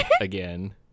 again